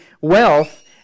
wealth